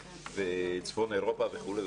צפון אירופה וכולי,